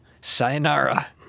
sayonara